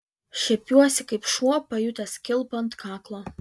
šiepiuosi kaip šuo pajutęs kilpą ant kaklo